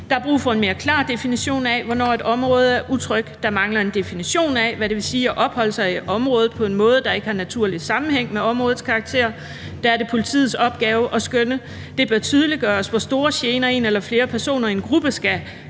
Der er brug for en mere klar definition af, hvornår et område er utrygt; der mangler en definition af, hvad det vil sige at opholde sig i et område på en måde, der ikke har naturlig sammenhæng med områdets karakter – der er det politiets opgave at skønne det; det bør tydeliggøres, hvor store gener en eller flere personer i en gruppe skal